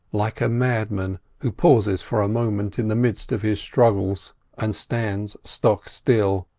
like a madman who pauses for a moment in the midst of his struggles and stands stock-still,